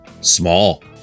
small